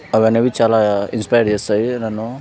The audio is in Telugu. అవనేవి చాలా ఇన్స్పైర్ చేస్తాయి నన్ను